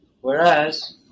Whereas